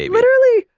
literally!